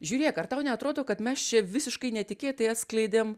žiūrėk ar tau neatrodo kad mes čia visiškai netikėtai atskleidėm